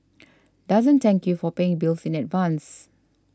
doesn't thank you for paying bills in advance